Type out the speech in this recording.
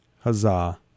Huzzah